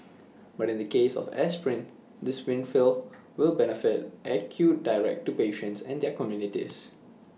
but in the case of aspirin this windfall will benefits accrue directly to patients and their communities